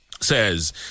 says